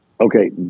Okay